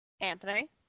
Anthony